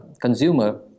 consumer